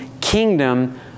kingdom